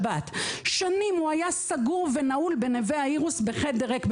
שנים הוא היה סגור ונעול בנווה האירוס בחדר ריק,